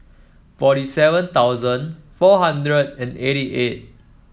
forty seven thousand four hundred and eighty eight